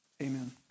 Amen